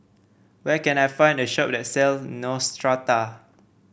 where can I find a shop that sells Neostrata